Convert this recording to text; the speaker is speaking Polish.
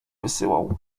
wysyłał